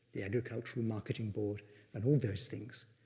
the agricultural marketing board and all those things.